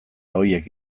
horiek